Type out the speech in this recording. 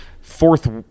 fourth